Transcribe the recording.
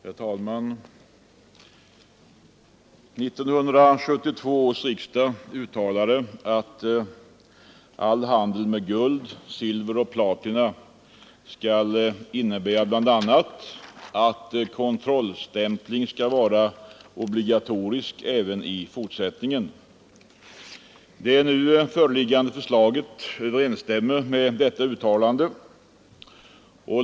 Herr talman! 1972 års riksdag uttalade att all handel med guld, silver och platina bl.a. skall innebära att kontrollstämpling är obligatorisk även i fortsättningen. Det nu föreliggande förslaget överensstämmer med detta uttalande.